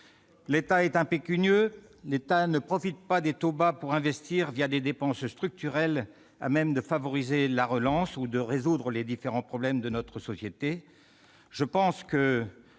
L'État est impécunieux, il ne profite pas des taux bas pour investir des dépenses structurelles à même de favoriser la relance ou de résoudre les différents problèmes de notre société.